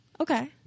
Okay